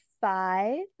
five